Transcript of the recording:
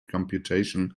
computation